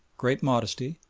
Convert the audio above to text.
great modesty,